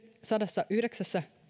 sadannessayhdeksännessä